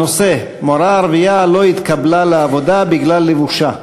הנושא: מורה ערבייה לא התקבלה לעבודה בגלל לבושה.